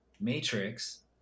matrix